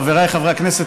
חבריי חברי הכנסת,